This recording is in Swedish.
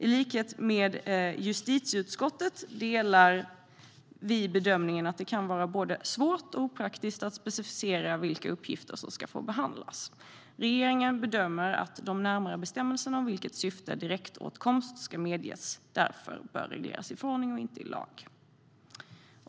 I likhet med justitieutskottet delar vi bedömningen att det kan vara både svårt och opraktiskt att specificera vilka uppgifter som ska få behandlas. Regeringen bedömer att de närmare bestämmelserna om för vilket syfte direktåtkomst ska medges därför bör regleras i förordning och inte i lag.